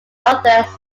northwest